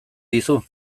dizu